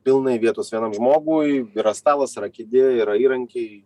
pilnai vietos vienam žmogui yra stalas yra kėdė yra įrankiai